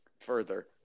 further